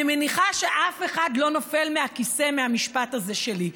אני מניחה שאף אחד לא נופל מהכיסא מהמשפט הזה שלי,